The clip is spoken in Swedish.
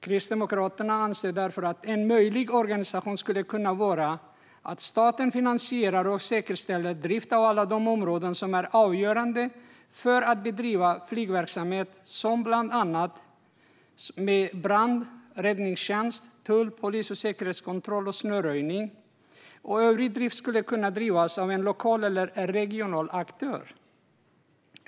Kristdemokraterna anser därför att en möjlig organisation skulle kunna vara att staten finansierar och säkerställer driften när det gäller alla de områden som är avgörande för att bedriva flygverksamhet - det handlar bland annat om brand och räddningstjänst, tull, polis, säkerhetskontroll och snöröjning. Övrig drift skulle kunna skötas av en lokal eller regional aktör.